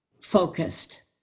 focused